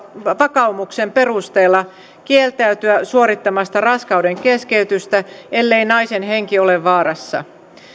vakaumuksen perusteella kieltäytyä suorittamasta raskaudenkeskeytystä ellei naisen henki ole vaarassa